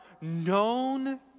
known